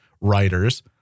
writers